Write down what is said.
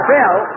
Bill